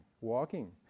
walking